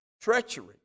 treachery